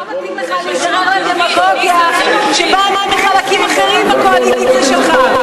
לא מתאים לך לשמור על דמגוגיה שבאה מחלקים אחרים בקואליציה שלך.